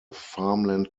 farmland